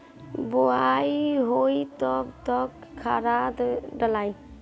बोआई होई तब कब खादार डालाई?